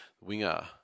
winger